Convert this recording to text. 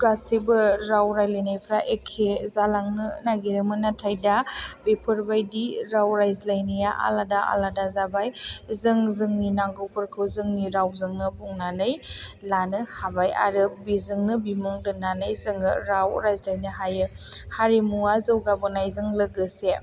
गासिबो राव रायज्लायनायफ्रा एखे जालांनो नागिरोमोन नाथाय दा बेफोरबायदि राव रायज्लायनाया आलादा आलादा जाबाय जों जोंनि नांगौफोरखौ जोंनि रावजोंनो बुंनानै लानो हाबाय आरो बिजोंनो बिमुं होनानै जोङो राव रायज्लायनो हायो हारिमुया जौगाबोनाय जों लोगोसे